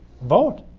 vote.